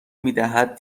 میدهد